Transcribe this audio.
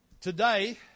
today